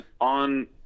on